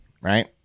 Right